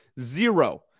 zero